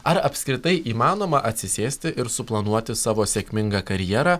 ar apskritai įmanoma atsisėsti ir suplanuoti savo sėkmingą karjerą